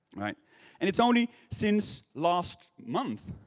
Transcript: and, it's only since last month,